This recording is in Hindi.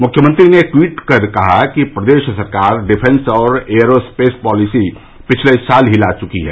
मुख्यमंत्री ने ट्वीट कर कहा कि प्रदेश सरकार डिफेंस और एयरोस्पेस पालिसी पिछले साल ही ला चुकी है